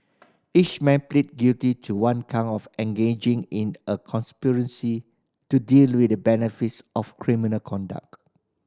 each man pleaded guilty to one count of engaging in a conspiracy to deal with the benefits of criminal conduct